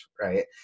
right